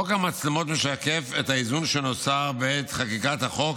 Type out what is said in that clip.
חוק המצלמות משקף את האיזון שנוצר בעת חקיקת החוק